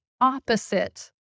opposite